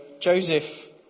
Joseph